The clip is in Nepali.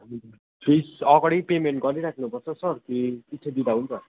फिस अगाडि पेमेन्ट गरिराख्नुपर्छ सर कि पछि दिँदा हुन्छ